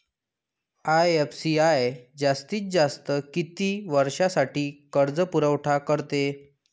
IFCI जास्तीत जास्त किती वर्षासाठी कर्जपुरवठा करते?